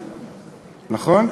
נכון?